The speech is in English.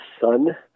sun